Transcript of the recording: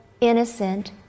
innocent